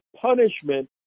punishment